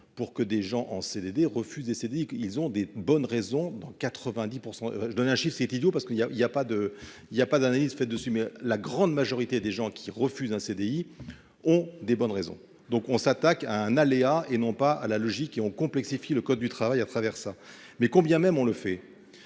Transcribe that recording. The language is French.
pour que des gens en CDD, ils ont des bonnes raisons dans 90 % donner un chiffre, c'est idiot parce qu'il y a, il y a pas de il y a pas d'analyses faites dessus mais la grande majorité des gens qui refusent un CDI ont des bonnes raisons, donc on s'attaque à un aléa et non pas à la logique et on complexifie le code du travail à travers ça, mais combien même on le fait